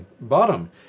bottom